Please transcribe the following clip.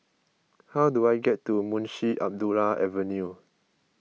how do I get to Munshi Abdullah Avenue